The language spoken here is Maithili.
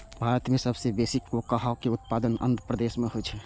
भारत मे सबसं बेसी कोकोआ के उत्पादन आंध्र प्रदेश मे होइ छै